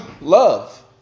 love